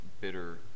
bitter